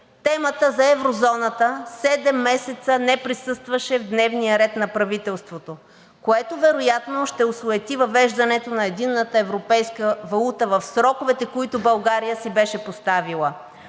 Темата за еврозоната седем месеца не присъстваше в дневния ред на правителството, което вероятно ще осуети въвеждането на единната европейска валута в сроковете, които България си беше поставила.